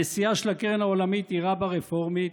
הנשיאה של הקרן העולמית היא רבה רפורמית,